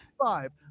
five